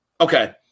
okay